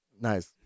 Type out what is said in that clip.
Nice